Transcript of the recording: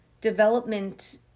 development